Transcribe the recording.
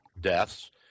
deaths